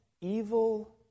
evil